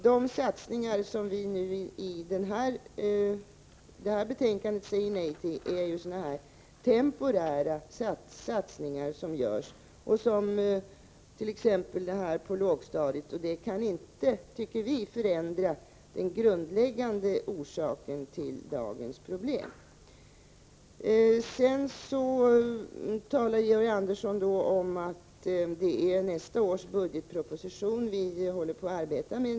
De satsningar som vi när det gäller det här betänkandet säger nej till är temporära satsningar —t.ex. de på lågstadiet — och det kan inte, tycker vi, förändra den grundläggande orsaken till dagens problem. Sedan sade Georg Andersson att det är nästa års budgetproposition vi nu håller på att arbeta med.